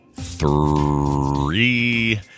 three